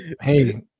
Hey